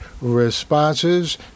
responses